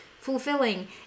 fulfilling